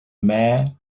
mayor